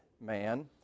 man